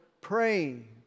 praying